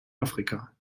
afrika